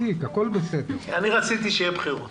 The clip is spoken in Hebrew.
אני רציתי שיהיו בחירות